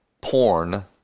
porn